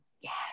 Yes